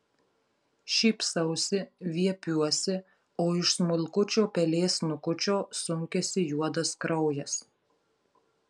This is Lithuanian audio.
šypsausi viepiuosi o iš smulkučio pelės snukučio sunkiasi juodas kraujas